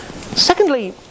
Secondly